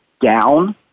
down